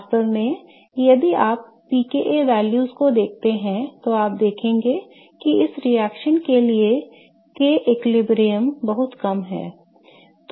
वास्तव में यदि आप pKa values को देखते हैं तो आप देखेंगे कि इस रिएक्शन के लिए K संतुलन बहुत कम है